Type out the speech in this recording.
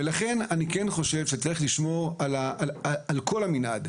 לכן אני כן חושב שצריך לשמור על כל המנעד.